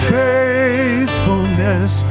faithfulness